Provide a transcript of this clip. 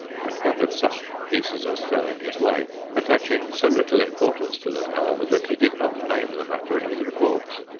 and gathered such pieces as fell in his way attaching so little importance to them, however, that he did not name the matter in his reports.